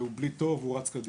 והוא בלי תור והוא רץ קדימה.